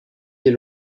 des